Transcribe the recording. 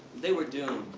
they were doomed.